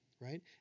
right